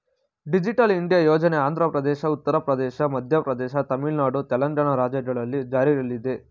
digital India ಯೋಜನೆ ಆಂಧ್ರಪ್ರದೇಶ, ಉತ್ತರ ಪ್ರದೇಶ, ಮಧ್ಯಪ್ರದೇಶ, ತಮಿಳುನಾಡು, ತೆಲಂಗಾಣ ರಾಜ್ಯಗಳಲ್ಲಿ ಜಾರಿಲ್ಲಿದೆ